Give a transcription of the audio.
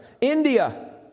India